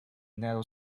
narrow